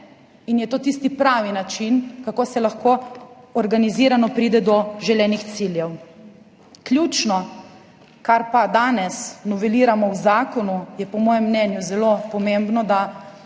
in je to tisti pravi način, kako se lahko organizirano pride do želenih ciljev. Ključno, kar danes noveliramo v zakonu, je po mojem mnenju zelo pomembno, da